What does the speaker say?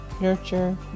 Nurture